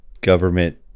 government